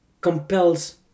compels